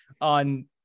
on